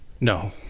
No